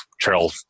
trail